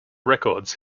records